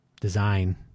design